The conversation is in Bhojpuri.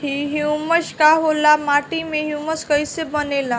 ह्यूमस का होला माटी मे ह्यूमस कइसे बनेला?